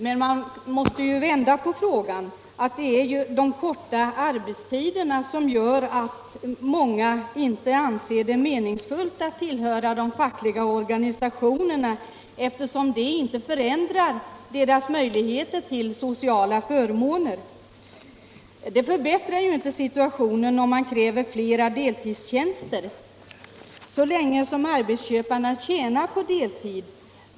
Men man måste vända på frågan: Det är de korta arbetstiderna som gör att många inte anser det meningsfullt att tillhöra de fackliga organisationerna, eftersom det inte förändrar deras möjligheter till sociala förmåner om de ansluter sig fackligt. Det förbättrar inte heller situationen att man kräver fler deltidstjänster så länge arbetsköparna tjänar på deltid.